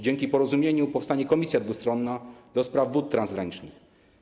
Dzięki porozumieniu powstanie komisja dwustronna do spraw wód transgranicznych.